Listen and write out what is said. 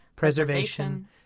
Preservation